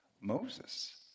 Moses